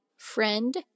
friend